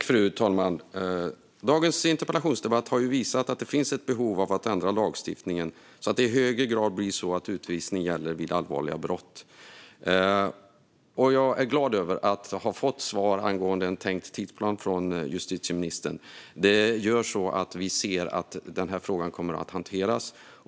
Fru talman! Dagens interpellationsdebatt har visat att det finns ett behov av att ändra lagstiftningen så att utvisning i högre grad gäller vid allvarliga brott. Jag är glad över att ha fått svar från justitieministern angående en tänkt tidsplan. Det gör att vi ser att denna fråga kommer att hanteras.